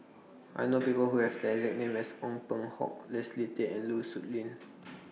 I know People Who Have The exact name as Ong Peng Hock Leslie Tay and Lu Suitin